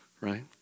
right